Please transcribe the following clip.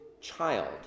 child